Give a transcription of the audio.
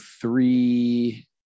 three